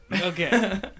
Okay